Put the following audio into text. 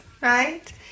right